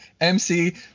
MC